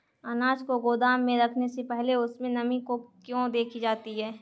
अनाज को गोदाम में रखने से पहले उसमें नमी को क्यो देखी जाती है?